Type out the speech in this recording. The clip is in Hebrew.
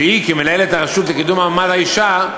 שהיא, כמנהלת הרשות לקידום מעמד האישה,